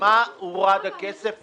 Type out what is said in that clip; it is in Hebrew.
ממה הורד הכסף מחקלאות?